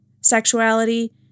sexuality